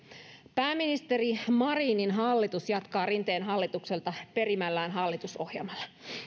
pääministeri marinin hallitus jatkaa rinteen hallitukselta perimällään hallitusohjelmalla